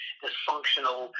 dysfunctional